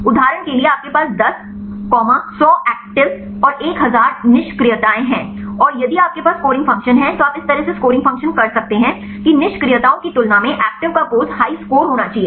उदाहरण के लिए आपके पास 10 100 एक्टिविस्ट और एक हजार निष्क्रियताएं हैं और यदि आपके पास स्कोरिंग फंक्शन है तो आप इस तरह से स्कोरिंग फंक्शन कर सकते हैं कि निष्क्रियताओं की तुलना में एक्टिव का पोज हाई स्कोर होना चाहिए